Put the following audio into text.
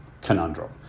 conundrum